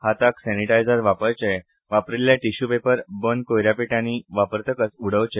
हाताक सॅनिटायझर वापरचे वापरिऴ्ठे टिश्यू पेपर बंद कचऱ्यापेटयांनी वापरतकच उडोवचे